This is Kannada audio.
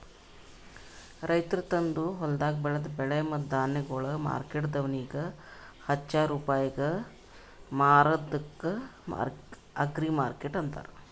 ರೈತ ತಂದು ಹೊಲ್ದಾಗ್ ಬೆಳದ ಬೆಳೆ ಮತ್ತ ಧಾನ್ಯಗೊಳ್ ಮಾರ್ಕೆಟ್ದವನಿಗ್ ಹಚ್ಚಾ ರೂಪಾಯಿಗ್ ಮಾರದ್ಕ ಅಗ್ರಿಮಾರ್ಕೆಟ್ ಅಂತಾರ